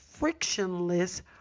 frictionless